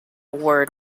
word